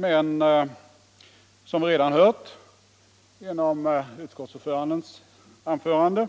Men som vi redan har hört genom utskottsordförandens anförande